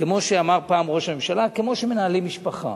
כמו שאמר פעם ראש הממשלה, כמו שמנהלים משפחה.